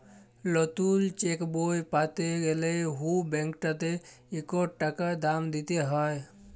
লতুল চ্যাকবই প্যাতে গ্যালে হুঁ ব্যাংকটতে ইকট টাকা দাম দিতে হ্যয়